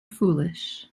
foolish